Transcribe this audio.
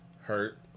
Hurt